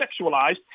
sexualized